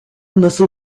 nasıl